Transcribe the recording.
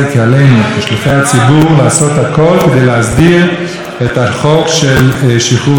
לעשות הכול כדי להסדיר את החוק של שחרור לומדי התורה מחובת הגיוס.